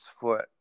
foot